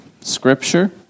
scripture